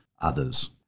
others